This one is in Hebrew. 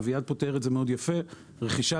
אביעד פותר את זה יפה מאוד רכישת